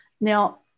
now